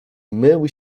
mył